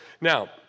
Now